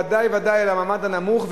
ובוודאי ובוודאי על המעמד הנמוך,